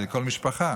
זה לכל משפחה.